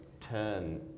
turn